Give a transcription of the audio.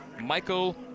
Michael